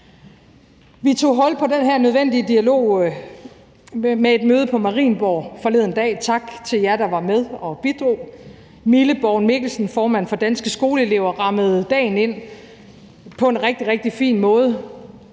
Vi tog hul på den her nødvendige dialog med et møde på Marienborg forleden dag, og tak til jer, der var med og bidrog. Mille Borgen Mikkelsen, formand for Danske Skoleelever, rammede dagen ind på en rigtig, rigtig fin måde